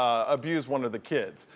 abused one of the kids.